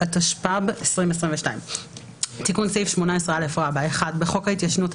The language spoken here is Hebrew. התשפ"ב 2022 תיקון סעיף 18א 1. בחוק ההתיישנות,